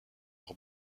leur